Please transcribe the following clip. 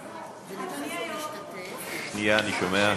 אדוני היושב-ראש, שנייה, אני שומע.